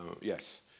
yes